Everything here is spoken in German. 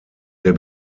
der